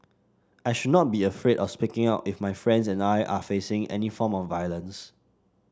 I should not be afraid of speaking out if my friends or I are facing any form of violence